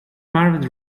marvel